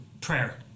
Prayer